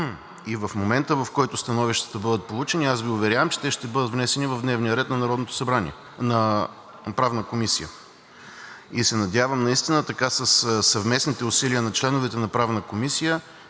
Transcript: И в момента, в който становищата бъдат получени, аз Ви уверявам, че те ще бъдат внесени в дневния ред на Правната комисия. Надявам се наистина със съвместните усилия на членовете на Правната комисия